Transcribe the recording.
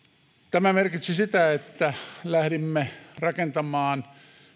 tämä merkitsi sitä että lähdimme rakentamaan